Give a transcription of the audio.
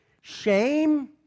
Shame